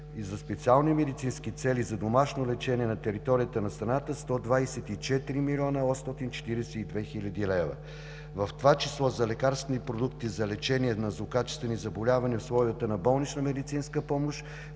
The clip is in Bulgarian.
и за специални медицински цели за домашно лечение на територията на страната – 124 млн. 842 хил. лв., в това число за лекарствени продукти за лечение на злокачествени заболявания в условията на болнична медицинска помощ,